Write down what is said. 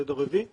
י"ב בכסלו תשע"ט,